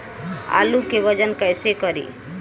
आलू के वजन कैसे करी?